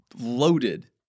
loaded